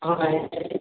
ಹಾಂ ಹೇಳಿ